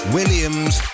Williams